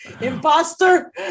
imposter